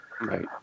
Right